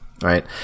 Right